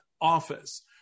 office